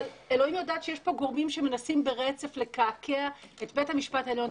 אבל אלוהים יודעת שיש פה גורמים שמנסים ברצף לקעקע את בית המשפט העליון,